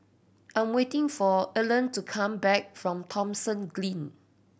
I'm waiting for Erlene to come back from Thomson Green